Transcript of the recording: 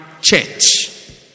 church